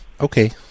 okay